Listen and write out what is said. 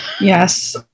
Yes